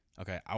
okay